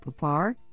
Papar